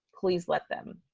please let them.